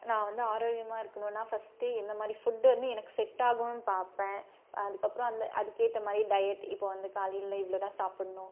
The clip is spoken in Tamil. நான் வந்து ஆரோக்கியமாக இருக்கணும்னா பஸ்ட்டு எந்தமாதிரி புட் வந்து எனக்கு செட் ஆகும் பாப்பேன் அதுக்கு அப்றம் அதுக்கு ஏற்ற மாதிரி டயட் இப்போது வந்து காலையில் இவ்வளோதான் சாப்பிடணும்